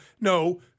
no